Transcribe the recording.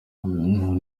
umuntu